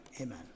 amen